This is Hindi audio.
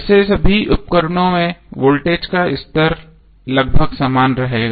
वैसे सभी उपकरणों में वोल्टेज का स्तर लगभग समान रहेगा